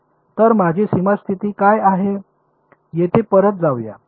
तर माझी सीमा स्थिती काय आहे तेथे परत जाऊ या